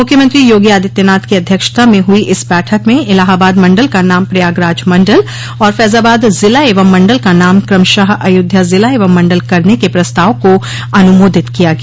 मुख्यमंत्री योगी आदित्यनाथ की अध्यक्षता में हुई इस बैठक में इलाहाबाद मंडल का नाम प्रयागराज मंडल और फैजाबाद जिला एवं मंडल का नाम क्रमशः अयोध्या जिला एवं मंडल करने के प्रस्ताव को अनुमोदित किया गया